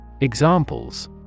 Examples